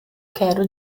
quero